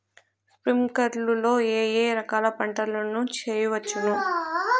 స్ప్రింక్లర్లు లో ఏ ఏ రకాల పంటల ను చేయవచ్చును?